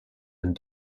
and